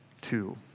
two